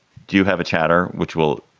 do you have a chatter which will